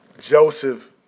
Joseph